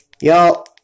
Y'all